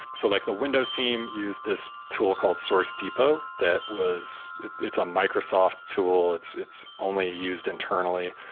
so like the windows team use this tool called source depot that was it's a microsoft tool. it's it's only used internally.